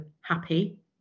happy